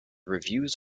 reviews